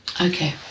Okay